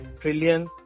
trillion